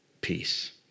peace